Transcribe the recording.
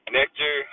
Nectar